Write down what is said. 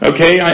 Okay